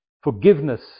Forgiveness